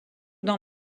dans